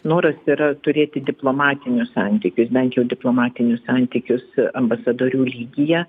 noras yra turėti diplomatinius santykius bent jau diplomatinius santykius ambasadorių lygyje